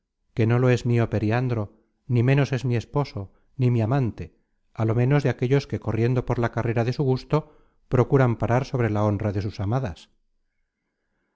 que no lo es mio periandro ni ménos es mi esposo ni mi amante á lo ménos de aquellos que corriendo por la carrera de su gusto procuran parar sobre la honra de sus amadas